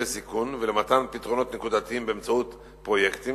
בסיכון ולמתן פתרונות נקודתיים באמצעות פרויקטים,